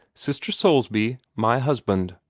sister soulsby my husband.